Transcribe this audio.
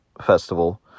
festival